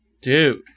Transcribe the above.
Dude